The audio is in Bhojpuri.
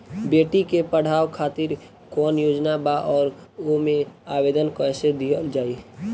बेटी के पढ़ावें खातिर कौन योजना बा और ओ मे आवेदन कैसे दिहल जायी?